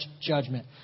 judgment